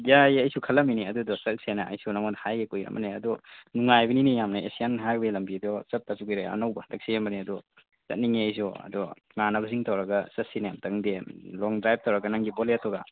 ꯌꯥꯏꯌꯦ ꯑꯩꯁꯨ ꯈꯜꯂꯝꯃꯤꯅꯦ ꯑꯗꯨꯗꯣ ꯆꯠꯁꯦꯅ ꯑꯩꯁꯨ ꯅꯪꯉꯣꯟꯗ ꯍꯥꯏꯒꯦ ꯀꯨꯏꯔꯕꯅꯦ ꯑꯗꯣ ꯅꯨꯡꯉꯥꯏꯕꯅꯤꯅꯦ ꯌꯥꯝꯅ ꯑꯦꯁꯤꯌꯥꯟ ꯍꯥꯏꯋꯦ ꯂꯝꯕꯤꯗꯣ ꯆꯠꯇꯕꯁꯨ ꯀꯨꯏꯔꯦ ꯑꯅꯧꯕ ꯍꯟꯇꯛ ꯁꯦꯝꯕꯅꯦ ꯑꯗꯣ ꯆꯠꯅꯤꯡꯉꯦ ꯑꯩꯁꯨ ꯑꯗꯣ ꯏꯃꯥꯅꯕꯁꯤꯡ ꯇꯧꯔꯒ ꯆꯠꯁꯤꯅꯦ ꯑꯃꯨꯛꯇꯪꯗꯤ ꯂꯣꯡ ꯗ꯭ꯔꯥꯏꯞ ꯇꯧꯔꯒ ꯅꯪꯒꯤ ꯕꯨꯂꯦꯠꯇꯨꯒ